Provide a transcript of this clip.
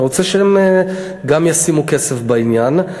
אני רוצה שהם גם ישימו כסף בעניין.